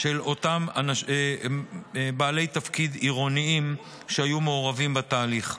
של אותם בעלי תפקיד עירוניים שהיו מעורבים בתהליך.